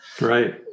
right